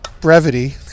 brevity